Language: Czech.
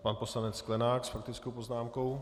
Pan poslanec Sklenák s faktickou poznámkou.